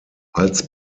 als